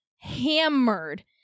hammered